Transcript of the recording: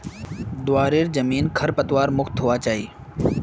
ग्वारेर जमीन खरपतवार मुक्त होना चाई